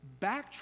backtrack